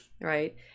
Right